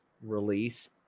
release